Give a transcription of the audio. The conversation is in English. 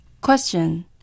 Question